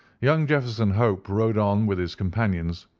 young jefferson hope rode on with his companions,